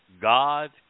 God